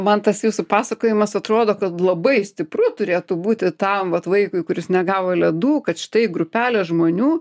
man tas jūsų pasakojimas atrodo kad labai stipru turėtų būti tam vat vaikui kuris negavo ledų kad štai grupelė žmonių